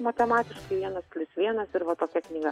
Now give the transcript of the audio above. matematiškai vienas plius vienas ir va tokia knyga